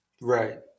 Right